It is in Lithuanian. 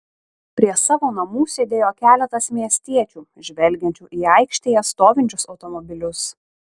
prie savo namų sėdėjo keletas miestiečių žvelgiančių į aikštėje stovinčius automobilius